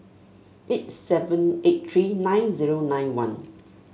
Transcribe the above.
eight seven eight three nine zero nine one